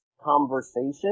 conversation